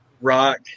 rock